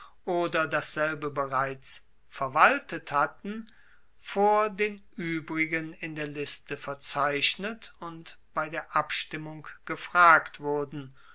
oder dasselbe bereits verwaltet hatten vor den uebrigen in der liste verzeichnet und bei der abstimmung gefragt wurden